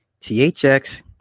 THX